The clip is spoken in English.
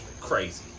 crazy